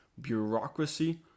bureaucracy